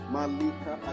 Malika